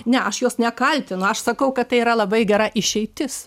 ne aš jos nekaltinu aš sakau kad tai yra labai gera išeitis